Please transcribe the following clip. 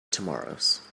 tomorrows